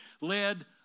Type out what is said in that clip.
led